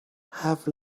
have